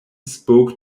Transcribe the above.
spoke